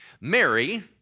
Mary